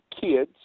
kids